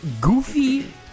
goofy